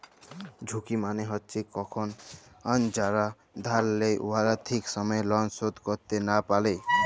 ঝুঁকি মালে হছে কখল যারা ধার লেই উয়ারা ঠিক সময়ে লল শোধ ক্যইরতে লা পারে